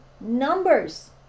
numbers